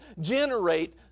generate